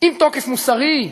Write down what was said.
עם תוקף מוסרי,